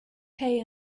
pay